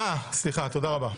תודה רבה.